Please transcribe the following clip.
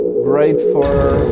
great for